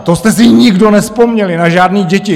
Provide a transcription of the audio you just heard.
To jste si nikdo nevzpomněli na žádný děti!